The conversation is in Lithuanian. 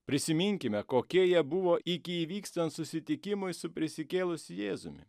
prisiminkime kokie jie buvo iki įvykstant susitikimui su prisikėlusiu jėzumi